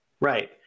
Right